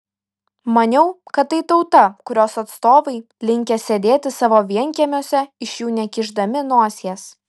maniau kad tai tauta kurios atstovai linkę sėdėti savo vienkiemiuose iš jų nekišdami nosies